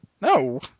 No